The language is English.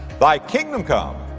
thy kingdom come,